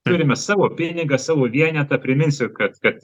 turime savo pinigą savo vienetą priminsiu kad kad